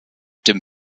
dem